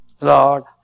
Lord